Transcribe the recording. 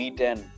V10